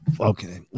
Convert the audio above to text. okay